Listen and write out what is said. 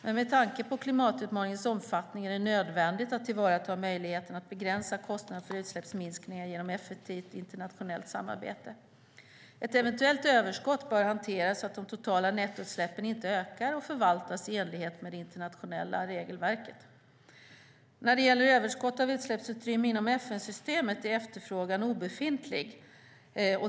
Men med tanke på klimatutmaningens omfattning är det nödvändigt att tillvarata möjligheterna att begränsa kostnaderna för utsläppsminskningar genom effektivt internationellt samarbete. Ett eventuellt överskott bör hanteras så att de totala nettoutsläppen inte ökar och förvaltas i enlighet med det internationella regelverket. När det gäller överskott av utsläppsutrymme inom FN-systemet är efterfrågan obefintlig.